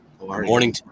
morning